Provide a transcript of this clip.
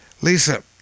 Lisa